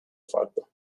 farklı